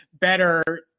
better